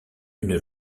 une